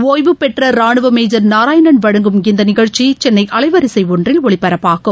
ஒய்வுபெற்ற ரானுவ மேஜர் நாராயணன் வழங்கும் இந்த நிகழ்ச்சி சென்ளை அலைவரிசை ஒன்றில் ஒலிபரப்பாகும்